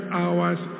hours